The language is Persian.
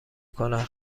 کند